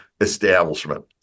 establishment